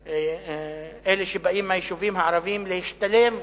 אלה שבאים מהיישובים הערביים, להשתלב